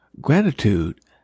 gratitude